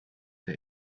der